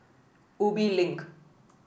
Ubi Link